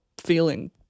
feeling